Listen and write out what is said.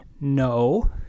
no